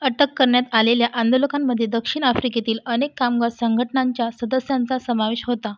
अटक करण्यात आलेल्या आंदोलकांमध्ये दक्षिण आफ्रिकेतील अनेक कामगार संघटनांच्या सदस्यांचा समावेश होता